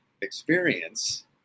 experience